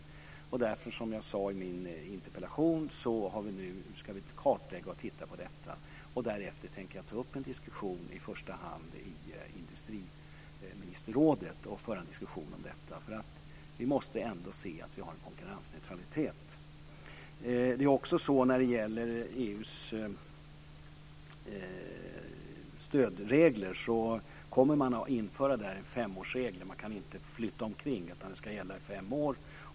Därför ska vi nu, som jag sade i mitt interpellationssvar, kartlägga och titta på detta. Därefter tänker jag ta upp en diskussion i industriministerrådet i första hand. Vi måste se till att det råder konkurrensneutralitet. Vad gäller EU:s stödregler kommer vi att införa en femårsregel. Man kan inte flytta omkring. Det ska gälla i fem år.